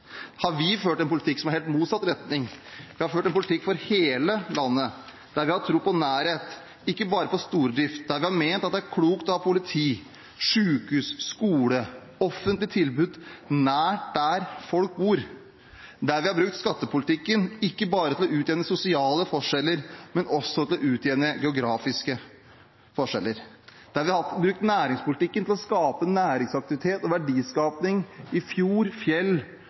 har vi ført en politikk som går i helt motsatt retning. Vi har ført en politikk for hele landet, der vi har tro på nærhet, ikke bare på stordrift. Vi har ment at det er klokt å ha politi, sykehus, skole og offentlige tilbud nær der folk bor, og vi har brukt skattepolitikken ikke bare til å utjevne sosiale forskjeller, men også til å utjevne geografiske forskjeller. Vi har brukt næringspolitikken til å skape næringsaktivitet og verdiskaping i fjord, fjell